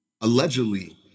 allegedly